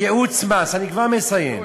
אני כבר מסיים.